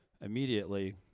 immediately